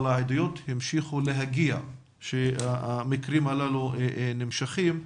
אבל העדויות המשיכו להגיע על כך שהמקרים האלה נמשכים.